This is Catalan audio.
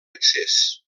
excés